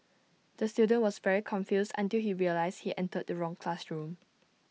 the student was very confused until he realised he entered the wrong classroom